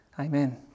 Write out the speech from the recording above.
Amen